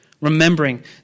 remembering